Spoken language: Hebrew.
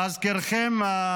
להזכירכם,